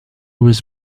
was